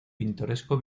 pintoresco